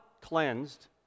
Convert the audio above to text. cleansed